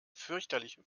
fürchterliche